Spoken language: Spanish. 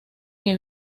que